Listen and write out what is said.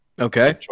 Okay